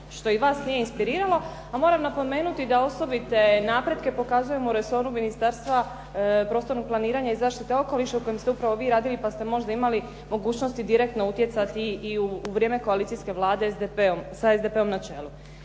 što i vas nije inspiriralo. A moram napomenuti da osobite napretke pokazujemo u resoru Ministarstva prostornog planiranja i zaštite okoliša u kojem ste upravo vi radili pa ste možda imali mogućnosti direktno utjecati i u vrijeme koalicijske Vlade sa SDP-om na čelu.